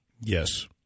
Yes